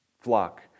flock